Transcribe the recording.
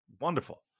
Wonderful